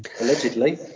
Allegedly